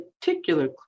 particular